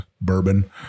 bourbon